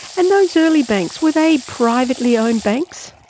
and those early banks, were they privately owned banks?